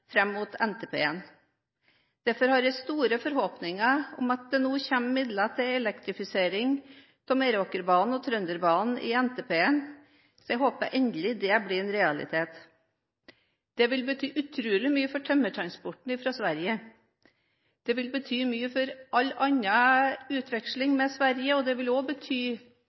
mot NTP-en. Derfor har jeg store forhåpninger til at det nå kommer midler til elektrifisering av Meråkerbanen og Trønderbanen i NTP-en. Jeg håper endelig det blir en realitet. Det vil bety utrolig mye for tømmertransporten fra Sverige. Det vil bety mye for all annen utveksling med Sverige, og det vil også bety